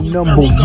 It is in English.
Number